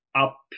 up